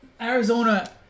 Arizona